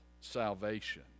salvation